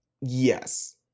yes